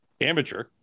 amateur